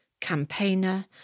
campaigner